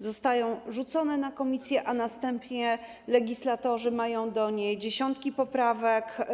zostają rzucone na posiedzenie komisji, a następnie legislatorzy mają do nich dziesiątki poprawek.